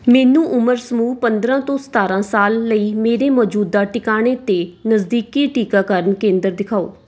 ਮੈਨੂੰ ਉਮਰ ਸਮੂਹ ਪੰਦਰ੍ਹਾਂ ਤੋਂ ਸਤਾਰ੍ਹਾਂ ਸਾਲ ਲਈ ਮੇਰੇ ਮੌਜੂਦਾ ਟਿਕਾਣੇ 'ਤੇ ਨਜ਼ਦੀਕੀ ਟੀਕਾਕਰਨ ਕੇਂਦਰ ਦਿਖਾਓ